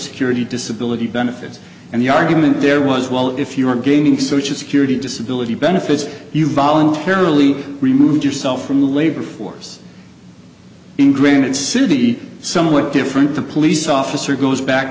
security disability benefits and the argument there was well if you're gaining such a security disability benefits you voluntarily removed yourself from the labor force in granite city somewhat different the police officer goes back